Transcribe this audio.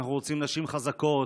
אנחנו רוצים נשים חזקות,